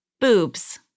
boobs